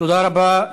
תודה רבה.